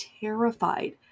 terrified